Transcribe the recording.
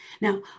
Now